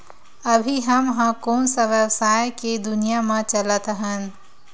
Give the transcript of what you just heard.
अभी हम ह कोन सा व्यवसाय के दुनिया म चलत हन?